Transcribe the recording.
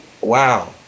wow